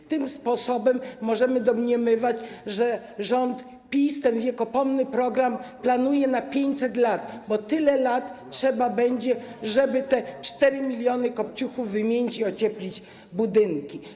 Na tej podstawie możemy domniemywać, że rząd PiS ten wiekopomny program planuje na 500 lat, bo tyle lat potrzeba, żeby te 4 mln kopciuchów wymienić i ocieplić budynki.